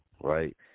right